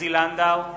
עוזי לנדאו,